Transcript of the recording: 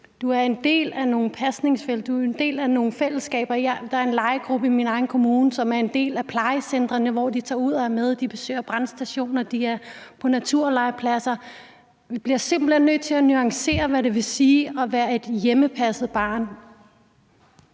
fire vægge sammen med barnet. Du er en del af nogle fællesskaber. Der er en legegruppe i min egen kommune, som er en del af plejecentrene, og hvor de tager ud og er med. De besøger brandstationer, og de er på naturlegepladser. Vi bliver simpelt hen nødt til at nuancere, hvad det vil sige at være et hjemmepasset barn.